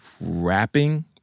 rapping